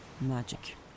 magic